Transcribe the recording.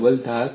double ધાર